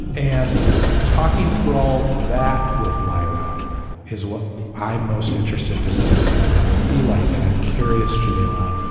and talking through all that with lyra is what i'm most interested to see what it will be like and i'm curious, jamila,